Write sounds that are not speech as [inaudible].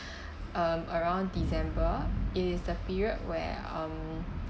[breath] um around december it is the period where um